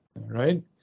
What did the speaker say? right